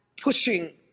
pushing